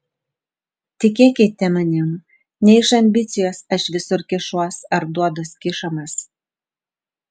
tikėkite manim ne iš ambicijos aš visur kišuos ar duoduos kišamas